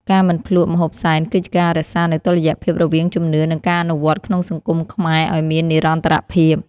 ការមិនភ្លក្សម្ហូបសែន គឺជាការរក្សានូវតុល្យភាពរវាងជំនឿ និងការអនុវត្តក្នុងសង្គមខ្មែរឱ្យមាននិរន្តរភាព។